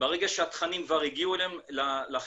ברגע שהתכנים והתמונות כבר הגיעו אליהם לחשבון,